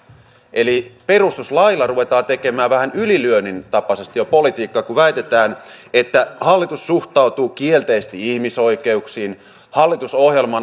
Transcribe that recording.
eli perustuslailla ruvetaan tekemään vähän ylilyönnin tapaisesti jo politiikkaa kun väitetään että hallitus suhtautuu kielteisesti ihmisoikeuksiin hallitusohjelma